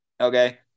Okay